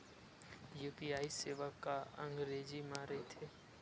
UPI सेवा का अंग्रेजी मा रहीथे?